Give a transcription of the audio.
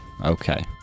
Okay